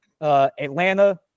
Atlanta